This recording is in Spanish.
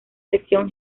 sección